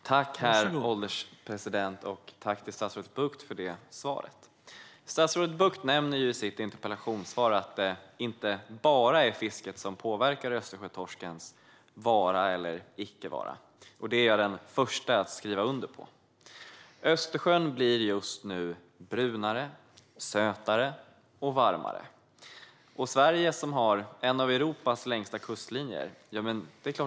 Herr ålderspresident! Jag vill tacka statsrådet Bucht för det svaret. Statsrådet Bucht nämner i sitt interpellationssvar att det inte bara är fisket som påverkar Östersjötorskens vara eller icke vara. Det är jag den första att skriva under på. Östersjön blir nu brunare, sötare och varmare. Det är klart att vi märker det. Sverige har ju en av Europas längsta kustlinjer.